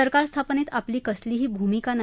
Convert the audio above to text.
सरकार स्थापनेत आपली कसलीही भूमिका नाही